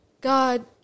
God